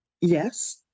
yes